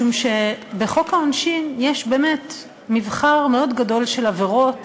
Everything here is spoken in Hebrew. משום שבחוק העונשין יש באמת מבחר מאוד גדול של עבירות